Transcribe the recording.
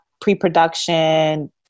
pre-production